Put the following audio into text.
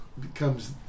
becomes